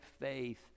faith